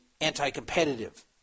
anti-competitive